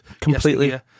Completely